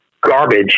garbage